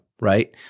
right